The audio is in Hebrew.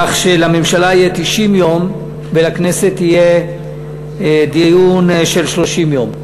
כך שלממשלה יהיו 90 יום ולכנסת יהיה דיון של 30 יום.